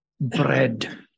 bread